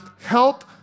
help